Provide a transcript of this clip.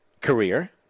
career